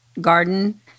garden